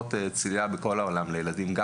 מאפשרות צלילה בכל העולם לילדים, אם